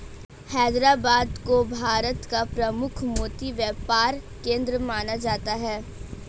हैदराबाद को भारत का प्रमुख मोती व्यापार केंद्र माना जाता है